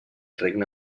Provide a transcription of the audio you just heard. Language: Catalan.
regne